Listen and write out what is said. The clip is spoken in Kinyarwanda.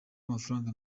amafaranga